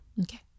Okay